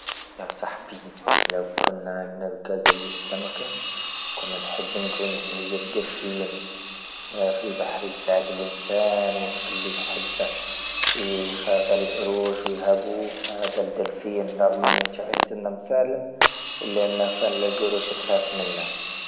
يا صاحبي لو كنا نبقى زي السمكة كنا نحب نكون زي الدلفين، في البحري يساعد الانسان والكل يحبه ويخاف قروش ويهابوه هذا الدلفين تحس أنه مسالم إلا أن كل القروش تخاف منه.